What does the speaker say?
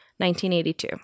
1982